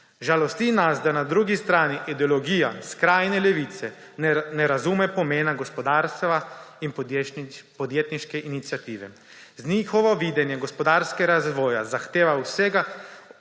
Žalosti nas, da na drugi strani ideologija skrajne levice ne razume pomena gospodarstva in podjetniške iniciative. Z njihovim videnjem gospodarskega razvoja zahteva